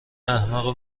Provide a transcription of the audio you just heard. احمق